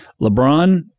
LeBron